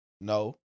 No